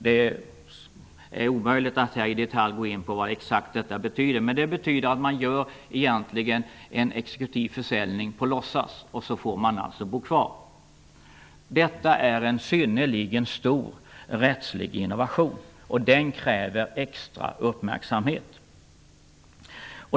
Det är omöjligt att här gå in i detalj på exakt vad detta betyder, men det betyder att det görs en exekutiv försäljning på låtsas och så får den boende bo kvar. Detta är en synnerligen stor rättslig innovation, och den kräver extra uppmärksamhet.